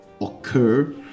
occur